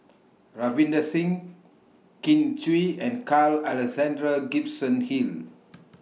Ravinder Singh Kin Chui and Carl Alexander Gibson Hill